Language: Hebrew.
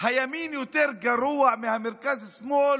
הימין יותר גרוע מהמרכז-שמאל